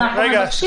אנחנו מבקשים.